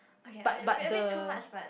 okay a bit a bit too much but